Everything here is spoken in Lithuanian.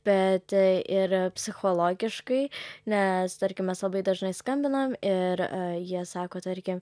bet ir psichologiškai nes tarkim mes labai dažnai skambinam ir jie sako tarkim